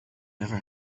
never